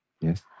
Yes